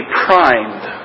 primed